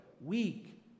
weak